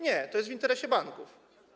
Nie, to jest w interesie banków.